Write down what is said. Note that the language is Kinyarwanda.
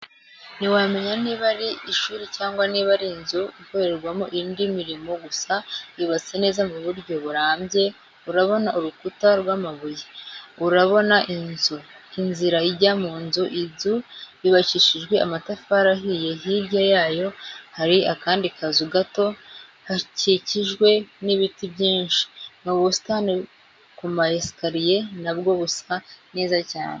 Ntiwamenya niba ari ishuri cyangwa niba ari nzu ikorerwamo indi mirimo gusa yubatse neza mu buryo burambye urabona urukuta rwamabuye, urabona inzira ijya mu nzu, inzu yubakishijwe amatafari ahiye hirya yayo hari akandi kazu gato hakikijwe n'ibiti byinshi, n'ubusitani kumayesikariye na bwo busa neza cyane.